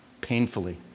painfully